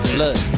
look